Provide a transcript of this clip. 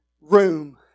room